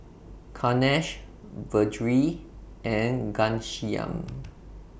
Kanshi Vedre and Ghanshyam